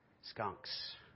skunks